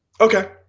Okay